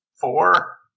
four